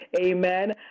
amen